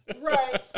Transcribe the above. Right